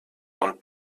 und